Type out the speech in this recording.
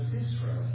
Israel